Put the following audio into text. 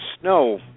snow